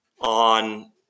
on